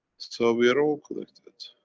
so, we are all connected.